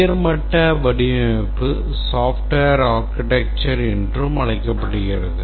உயர்மட்ட வடிவமைப்பு software architecture என்றும் அழைக்கப்படுகிறது